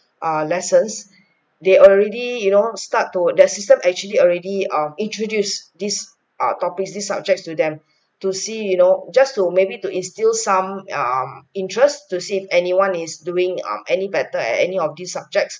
err lessons they already you know start to that system actually already um introduce this err topics these subjects to them to see you know just to maybe to instill some um interest to see if anyone is doing um any better at any of these subjects